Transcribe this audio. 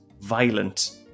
violent